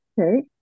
Okay